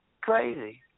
Crazy